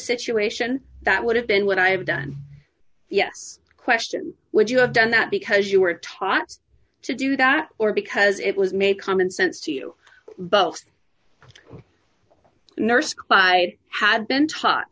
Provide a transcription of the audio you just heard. situation that would have been what i have done yes question would you have done that because you were taught to do that or because it was made common sense to you both nurse clyde had been taught